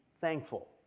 thankful